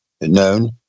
known